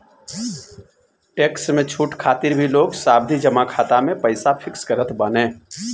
tax में छूट खातिर भी लोग सावधि जमा खाता में पईसा फिक्स करत बाने